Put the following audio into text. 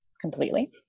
completely